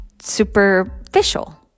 superficial